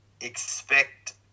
expect